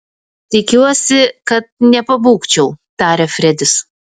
tikiuosi kad nepabūgčiau tarė fredis